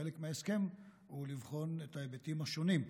חלק מההסכם הוא לבחון את ההיבטים השונים.